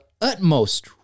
utmost